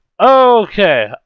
Okay